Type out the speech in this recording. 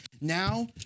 Now